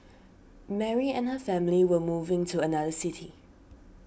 Mary and her family were moving to another city